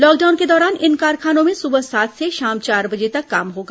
lockdown के दौरान इन कारखानों में सुबह सात से शाम चार बजे तक काम होगा